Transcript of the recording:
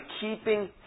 keeping